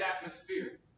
atmosphere